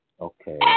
Okay